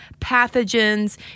pathogens